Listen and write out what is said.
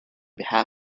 behalf